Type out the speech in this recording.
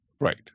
Right